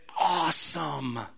awesome